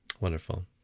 wonderful